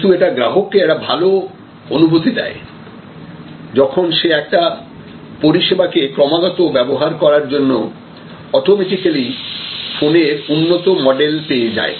কিন্তু এটা গ্রাহককে একটা ভালো অনুভূতি দেয় যখন সে একটা পরিষেবা কে ক্রমাগত ব্যবহার করার জন্য অটোমেটিক্যালি ফোনের উন্নত মডেল পেয়ে যায়